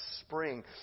spring